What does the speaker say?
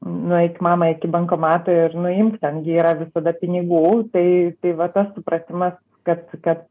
nueik mama iki bankomato ir nuimk ten gi yra visada pinigų tai tai va tas supratimas kad kad